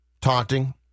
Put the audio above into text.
taunting